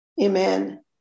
Amen